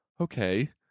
okay